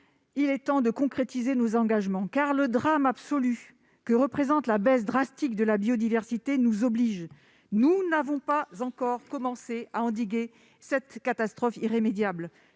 Il est temps de concrétiser nos engagements, car le drame absolu que représente la baisse drastique de la biodiversité nous oblige. Nous n'avons pas encore commencé à endiguer cette catastrophe irrémédiable.